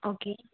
okay